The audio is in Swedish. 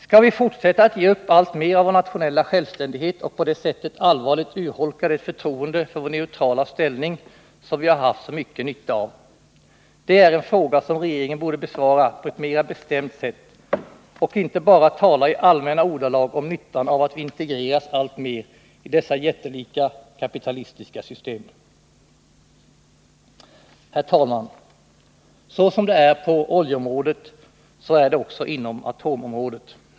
Skall vi fortsätta att ge upp alltmer av vår nationella självständighet och på det sättet allvarligt urholka det förtroende för vår neutrala ställning som vi har haft så mycket nytta av? Regeringen borde besvara den frågan på ett mera bestämt sätt och inte bara tala i allmänna ordalag om nyttan av att vi integreras alltmer i detta jättelika, kapitalistiska system. Herr talman! Så som det är på oljeområdet, så är det också inom atomområdet.